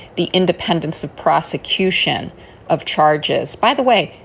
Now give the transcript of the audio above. the independence of prosecution of charges. by the way,